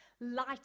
Light